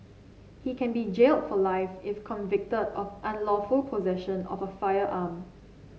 he can be jail for life if convicted of unlawful possession of a firearm